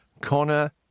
Connor